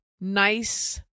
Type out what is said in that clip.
nice